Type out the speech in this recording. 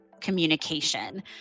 communication